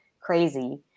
crazy